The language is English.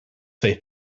they